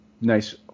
nice